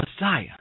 Messiah